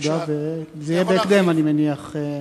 זה יהיה בהקדם אני מניח?